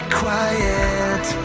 quiet